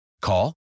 Call